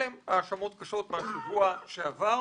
אלו האשמות קשות מהשבוע שעבר.